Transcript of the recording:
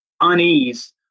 unease